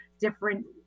different